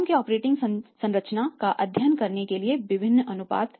firm के operating संरचना का अध्ययन करने के लिए विभिन्न अनुपात